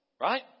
Right